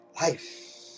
life